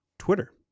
Twitter